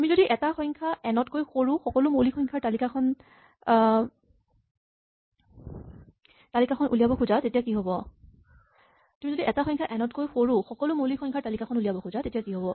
তুমি যদি এটা সংখ্যা এন তকৈ সৰু সকলো মৌলিক সংখ্যাৰ তালিকাখন উলিয়াব খোজা তেতিয়া কি হ'ব